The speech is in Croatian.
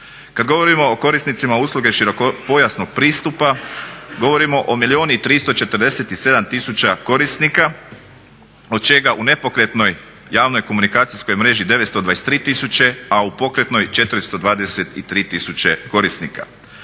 Kad govorimo o korisnicima usluge širokopojasnog pristupa govorimo o milijun i 347 tisuća korisnika od čega u nepokretnoj javnoj komunikacijskoj mreži 923000, a u pokretnoj 423000 korisnika.